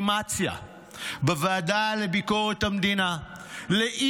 בוועדה לביקורת המדינה ניתנה לגיטימציה